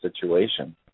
situation